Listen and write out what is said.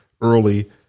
early